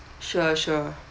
sure sure